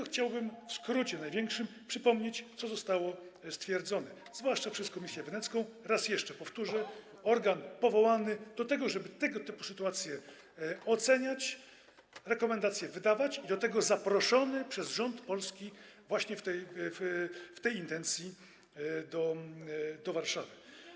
Chciałbym tylko w największym skrócie przypomnieć, co zostało stwierdzone, zwłaszcza przez Komisję Wenecką, raz jeszcze powtórzę: organ powołany do tego, żeby tego typu sytuacje oceniać, rekomendacje wydawać, i do tego zaproszony przez rząd polski właśnie w tej intencji do Warszawy.